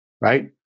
right